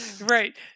Right